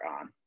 on